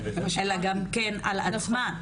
אלא גם כן על עצמם.